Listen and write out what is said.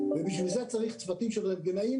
ובשביל זה צריך צוותים של רנטגנאים.